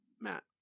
matt